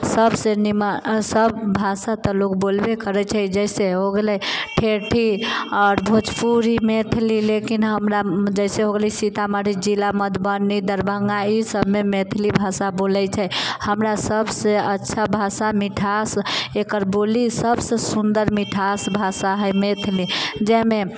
सबसँ नीमन सब भाषा तऽ लोक बोलबे करै छै जइसे हो गेलै ठेठी आओर भोजपुरी मैथिली लेकिन हमरा जइसे हो गेलै सीतामढ़ी जिला मधुबनी दरभङ्गा ईसबमे मैथिली भाषा बोलै छै हमरा सबसँ अच्छा भाषा मिठास एकर बोली सबसँ सुन्दर मिठास भाषा हइ मैथिलीमे जाहिमे